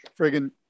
friggin